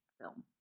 film